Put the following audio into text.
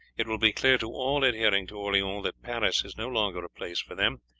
it will be clear to all adhering to orleans that paris is no longer a place for them,